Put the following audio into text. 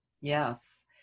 Yes